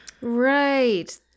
Right